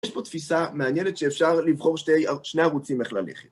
יש פה תפיסה מעניינת שאפשר לבחור שני ערוצים איך ללכת.